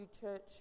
church